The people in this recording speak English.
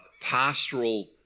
pastoral